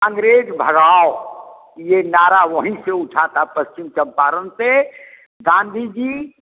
अंग्रेज़ भगाओ यह नारा वहीं से उठा था पश्चिम चम्पारण से गाँधी जी